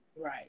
right